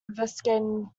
investigating